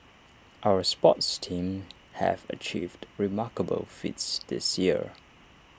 our sports teams have achieved remarkable feats this year